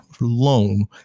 loan